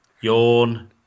Yawn